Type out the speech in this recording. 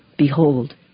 Behold